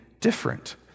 different